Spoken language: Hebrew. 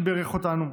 שבירך אותנו.